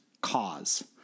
cause